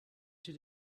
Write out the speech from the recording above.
did